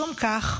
משום כך,